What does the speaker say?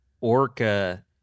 orca